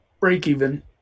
break-even